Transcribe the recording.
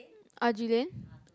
Haji-Lane